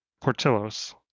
Portillo's